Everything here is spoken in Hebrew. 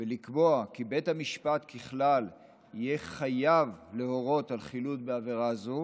ולקבוע כי בית המשפט ככלל יהיה חייב להורות על חילוט בעבירה הזו